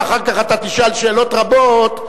ואחר כך אתה תשאל שאלות רבות,